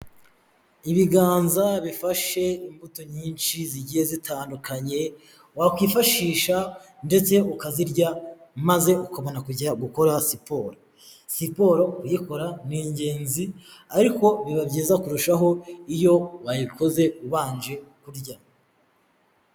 Ibiganza bifashe imbuto nyinshi zigiye zitandukanye, wakwifashisha ndetse ukazirya maze ukabona kujya gukora siporo, siporo kuyikora ni ingenzi ariko biba byiza kurushaho iyo wayikoze ubanje kurya.